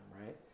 right